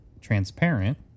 transparent